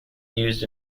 used